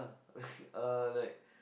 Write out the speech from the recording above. uh like